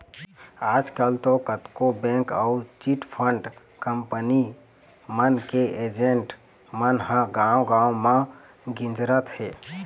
आजकल तो कतको बेंक अउ चिटफंड कंपनी मन के एजेंट मन ह गाँव गाँव म गिंजरत हें